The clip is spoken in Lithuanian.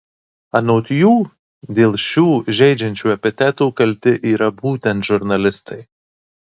anot jų dėl šių žeidžiančių epitetų kalti yra būtent žurnalistai